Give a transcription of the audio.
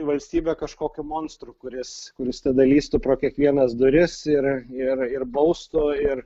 valstybę kažkokiu monstru kuris kuris tada lįstų pro kiekvienas duris ir ir ir baustu ir